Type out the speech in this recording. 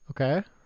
Okay